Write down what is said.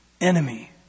enemy